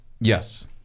Yes